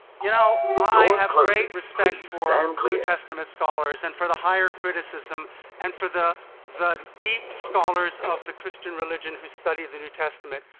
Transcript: you know i have great respect for new testament scholars and for higher criticism and for the the deep scholars of the christian religion who study the new testament.